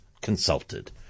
consulted